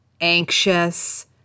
anxious